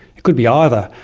it could be either,